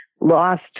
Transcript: lost